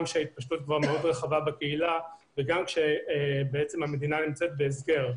גם כשההתפשטות כבר מאוד רחבה בקהילה וגם כשהמדינה נמצאת בהסגר.